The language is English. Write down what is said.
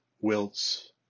wilts